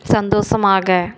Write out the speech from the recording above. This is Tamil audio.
சந்தோஷமாக